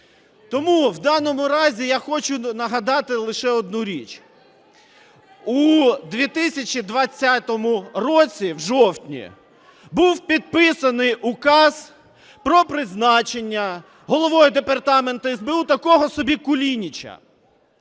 Тому, в даному разі, я хочу нагадати лише одна річ, у 2020 році в жовтні, був підписаний Указ про призначення Головою департаменту СБУ такого собі Кулініча.